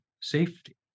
safety